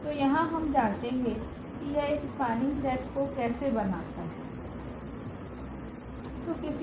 तो यहाँ हम जाँचेंगे कि यह एक स्पनिंग सेट को कैसे बनाता है